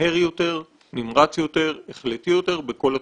מהר יותר, נמרץ יותר, החלטי יותר בכל התחומים.